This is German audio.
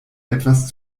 etwas